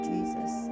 Jesus